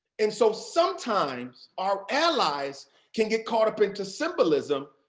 and so sometimes our allies can get caught up into symbolism.